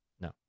No